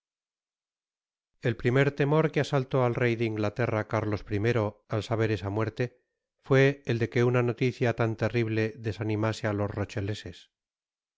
el primer temor que asaltó al rey de inglaterra carlos i al saber esa muerte fué el de que uoa noticia tan terrible desanimase á los